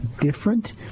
different